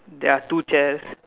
there are two chairs